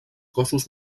cossos